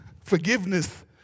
Forgiveness